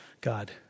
God